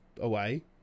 away